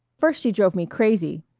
first she drove me crazy,